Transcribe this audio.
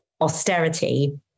austerity